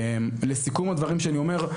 לסיכום הדברים שאני אומר,